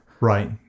Right